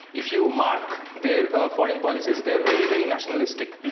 if you mark their foreign policies they are very very nationalistic,